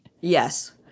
yes